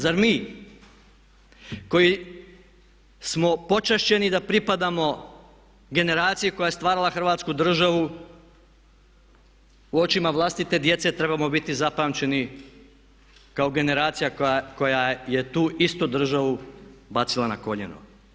Zar mi koji smo počašćeni da pripadamo generaciji koja je stvarala Hrvatsku državu u očima vlastite djece trebamo biti zapamćeni kao generacija koja je tu istu državu bacila na koljena?